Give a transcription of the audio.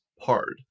hard